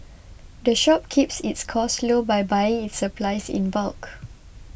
the shop keeps its costs low by buying its supplies in bulk